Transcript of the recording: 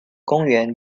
公元